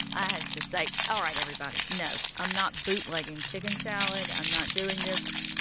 i had to say, all right, everybody, no, i'm not bootlegging chicken salad. i'm not doing this.